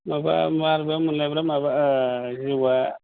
माबा माबोरैबा मोनलाय माबा जिउआ